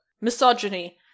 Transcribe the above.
Misogyny